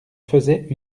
faisaient